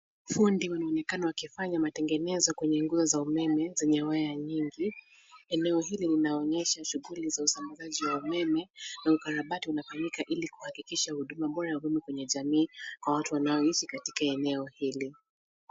Fundi wanaonekana wakifanya matengenezo kwenye nguzo za umeme zenye waya nyingi. Eneo hili linaonyesha shughuli za usambazaji wa umeme na ukarabati unafanyika ili kuhakikisha huduma bora kwa jamii kwa watu wanaoishi katika eneo hili.